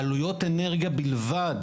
שבעלויות אנרגיה בלבד